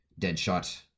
Deadshot